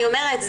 אני אומרת,